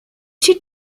she